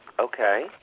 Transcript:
Okay